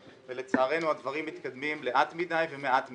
ולצערנו הדברים מתקדמים לאט מדי ומעט מדי.